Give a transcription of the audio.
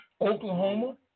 Oklahoma